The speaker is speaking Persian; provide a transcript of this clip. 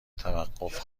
توقف